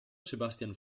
sebastian